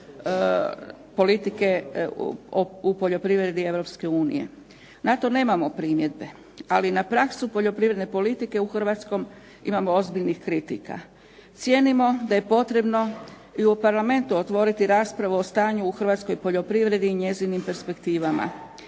politike u poljoprivredi Europske unije. Na to nemamo primjedbe, ali na praksu poljoprivredne politike u Hrvatskoj imamo ozbiljnih kritika. Cijenimo da je potrebno i u Parlamentu otvoriti raspravu o stanju o hrvatskoj poljoprivredi i njezinim perspektivama.